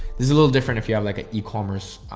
this is a little different. if you have like an ecommerce,